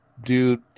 Dude